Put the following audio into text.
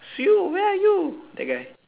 sew where are you that guy